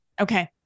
Okay